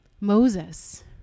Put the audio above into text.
Moses